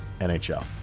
NHL